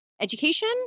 education